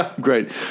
Great